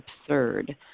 absurd